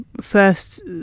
first